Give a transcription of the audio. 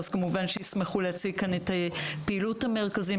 כמובן שישמחו להציג כאן את פעילות המרכזים,